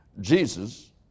Jesus